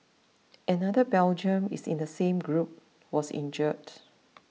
another Belgian is in the same group was injured